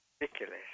Ridiculous